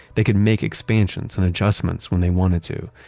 they could make expansions and adjustments when they wanted to,